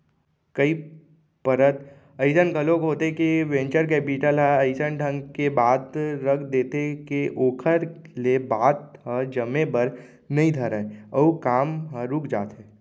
कई परत अइसन घलोक होथे के वेंचर कैपिटल ह अइसन ढंग के बात रख देथे के ओखर ले बात ह जमे बर नइ धरय अउ काम ह रुक जाथे